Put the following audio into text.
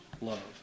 love